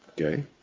Okay